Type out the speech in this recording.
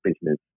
business